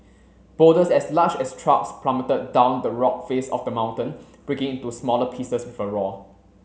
boulders as large as trucks plummeted down the rock face of the mountain breaking into smaller pieces with a roar